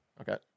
Okay